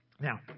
Now